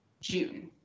June